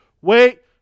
Wait